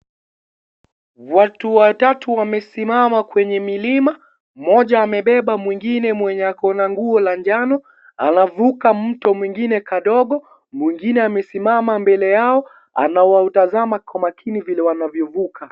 Watu watatu wamesimama kwenye milima. Mmoja amebeba mwengine mwenye ako na nguo la njano. Anavuka mto mwengine kadogo. Mwengine amesimama mbele yao anawatazama kwa makini vile wanavyofuka.